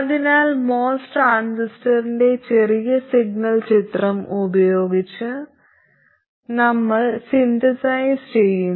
അതിനാൽ MOS ട്രാൻസിസ്റ്ററിന്റെ ചെറിയ സിഗ്നൽ ചിത്രം ഉപയോഗിച്ച് നമ്മൾ സിന്തസൈസ് ചെയ്യുന്നു